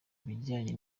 bijyanye